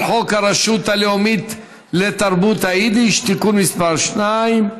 חוק הרשות הלאומית לתרבות היידיש (תיקון מס' 2)